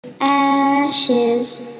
Ashes